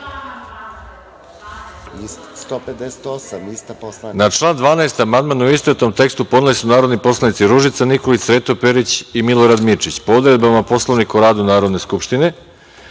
pitanje. Na član 12. amandman u istovetnom tekstu podneli su narodni poslanici Ružica Nikolić, Sreto Perić i Milorad Mirčić. Po odredbama Poslovnika o radu Narodne skupštine,